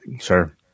sure